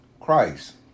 Christ